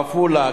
עפולה,